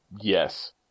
Yes